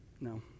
No